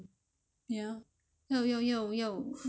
nasi lemak 就要用椰浆 eh